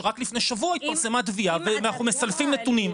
שרק לפני שבוע התפרסמה תביעה ואנחנו מסלפים נתונים,